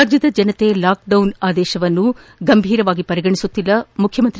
ರಾಜ್ಯದ ಜನತೆ ಲಾಕ್ಡೌನ್ ಆದೇಶವನ್ನು ಗಂಭೀರವಾಗಿ ಪರಿಗಣಿಸುತ್ತಿಲ್ಲ ಮುಖ್ಯಮಂತ್ರಿ ಬಿ